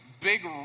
big